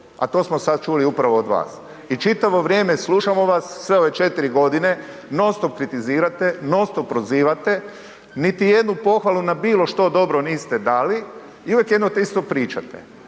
a to smo sad čuli upravo od vas. I čitavo vrijeme slušamo vas, sve ove 4.g., non stop kritizirate, non stop prozivate, niti jednu pohvalu na bilo što dobro niste dali i uvijek jedno te isto pričate